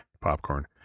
popcorn